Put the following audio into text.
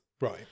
Right